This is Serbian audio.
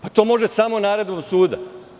Pa, to može samo naredbom suda.